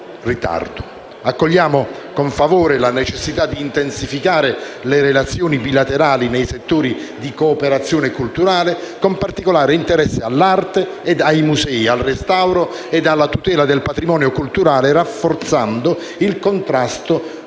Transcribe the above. ritardo. Accogliamo con favore la necessità di intensificare le relazioni bilaterali nei settori della cooperazione culturale, con particolare interesse all'arte e ai musei, al restauro e alla tutela del patrimonio culturale, rafforzando il contrasto